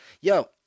Yo